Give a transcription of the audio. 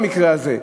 במקרה הזה.